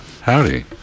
howdy